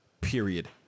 period